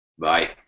Bye